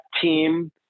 team